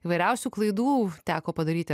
įvairiausių klaidų teko padaryti